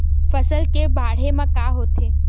फसल से बाढ़े म का होथे?